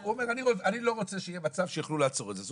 הוא אומר שהוא לא רוצה שיהיה מצב שיוכלו לעצור את זה,